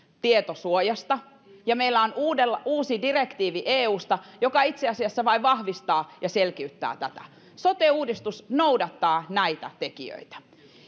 tietosuojasta ja meillä on eusta uusi direktiivi joka itse asiassa vain vahvistaa ja selkiyttää tätä sote uudistus noudattaa näitä tekijöitä